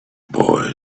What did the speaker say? boy